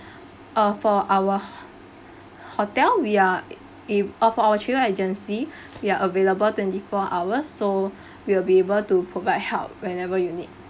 uh for our hotel we are av~ uh for our travel agency we are available twenty four hours so we'll be able to provide help whenever you need